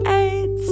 eight